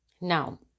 Now